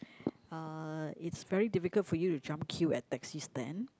uh it's very difficult for you to jump queue at taxi stand